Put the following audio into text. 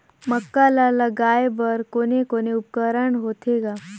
मक्का ला लगाय बर कोने कोने उपकरण होथे ग?